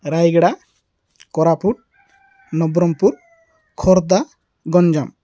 Rayagada Koraput Nabarangpur Khordha Ganjam